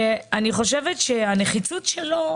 אני חושבת שהנחיצות שלו,